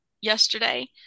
yesterday